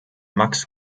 max